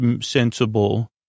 sensible